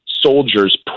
soldiers